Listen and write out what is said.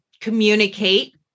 communicate